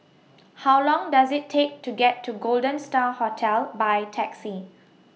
How Long Does IT Take to get to Golden STAR Hotel By Taxi